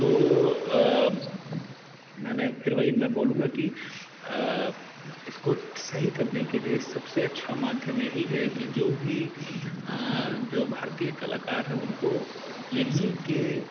तो मैंने फिर वही मैं बोलूँगा कि इसको सही करने के लिए सब से अच्छा माध्यम यही है कि जो भी जो भारतीय कलाकार हैं उनको यहीं के